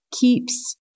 keeps